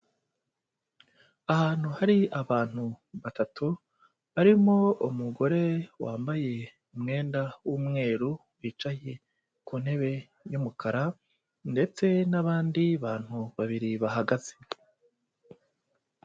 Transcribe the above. Ahantu hari abantu batatu, harimo umugore wambaye umwenda w'umweru, bicaye ku ntebe y'umukara ndetse n'abandi bantu babiri bahagaze.